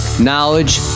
knowledge